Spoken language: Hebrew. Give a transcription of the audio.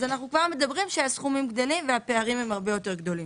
אז אנחנו כבר מדברים על כך שהסכומים גדלים והפערים הם הרבה יותר גדולים.